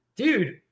Dude